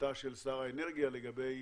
ההחלטה של שר האנרגיה לגבי